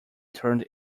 turned